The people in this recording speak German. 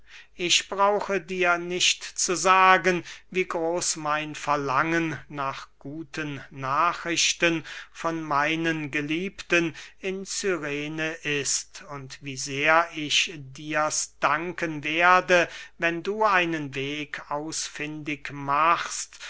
ich brauche dir nicht zu sagen wie groß mein verlangen nach guten nachrichten von meinen geliebten in cyrene ist und wie sehr ich dirs danken werde wenn du einen weg ausfindig machst